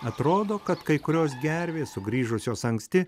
atrodo kad kai kurios gervės sugrįžusios anksti